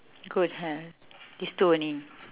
good health these two only